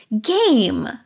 game